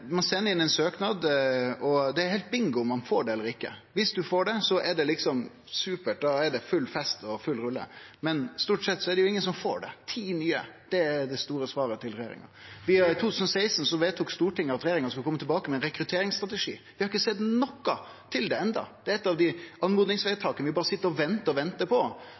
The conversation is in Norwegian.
ein sender inn ein søknad, og så er det heilt bingo om ein får det eller ikkje. Dersom ein får det, er det supert, da er det full fest og full rulle. Men stort sett er det jo ingen som får det. Ti nye – det er det store svaret til regjeringa. I 2016 vedtok Stortinget at regjeringa skulle kome tilbake med ein rekrutteringsstrategi. Vi har ikkje sett noko til det enno. Det er eitt av dei oppmodingsvedtaka vi berre sit og ventar og ventar på.